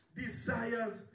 desires